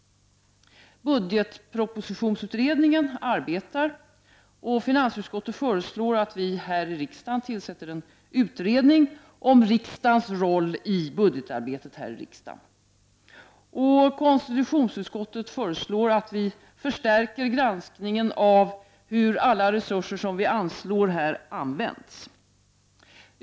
Budgetpropositionsutredningen arbetar, och finansutskottet föreslår att vi här i riksdagen tillsätter en utredning om riksdagens roll i budgetarbetet. Konstitutionsutskottet föreslår att vi förstärker granskningen av hur alla resurser som vi anslår används.